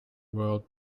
world